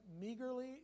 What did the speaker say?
meagerly